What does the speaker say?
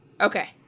Okay